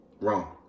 Wrong